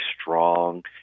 strong